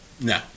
No